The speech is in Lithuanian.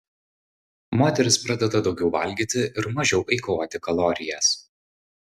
moteris pradeda daugiau valgyti ir mažiau eikvoti kalorijas